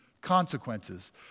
consequences